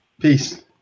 Peace